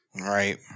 Right